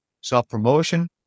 self-promotion